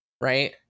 right